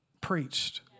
preached